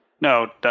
No